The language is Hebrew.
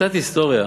קצת היסטוריה.